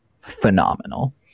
phenomenal